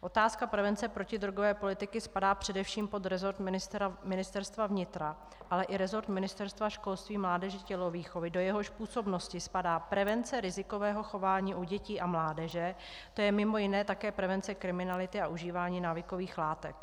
Otázka prevence protidrogové politiky spadá především pod resort Ministerstva vnitra, ale i resort Ministerstva školství, mládeže a tělovýchovy, do jehož působnosti spadá prevence rizikového chování u dětí a mládeže, tj. mimo jiné také prevence kriminality a užívání návykových látek.